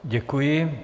Děkuji.